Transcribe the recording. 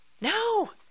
No